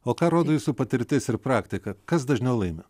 o ką rodo jūsų patirtis ir praktika kas dažniau laimi